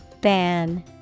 Ban